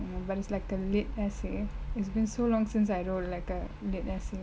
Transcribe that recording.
but it's like the lead essay it's been so long since I wrote like a lead essay